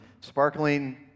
sparkling